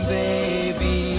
baby